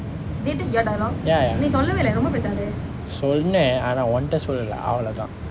ya ya சொன்னேன் ஆனா உன்கிட்டே சொல்லலே அவ்வளவுதான்:sonen aanaa unkitte sollalae avvalavuthaan